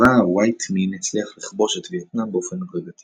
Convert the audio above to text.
צבא הווייט-מין הצליח לכבוש את וייטנאם באופן הדרגתי,